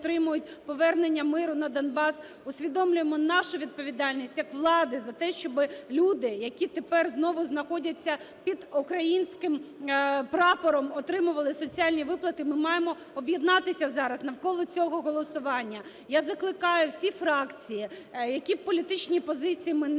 повернення миру на Донбас, усвідомлюємо нашу відповідальність як влади за те, щоб люди, які тепер знову знаходяться під українським прапором, отримували соціальні виплати, ми маємо об'єднатися зараз навколо цього голосування. Я закликаю всі фракції, які б політичні позиції ми не